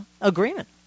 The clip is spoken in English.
agreement